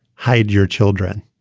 hide your children